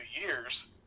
years